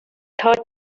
third